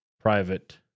private